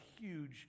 huge